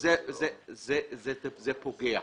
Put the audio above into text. זה פוגע.